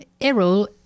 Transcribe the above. Errol